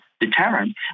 deterrent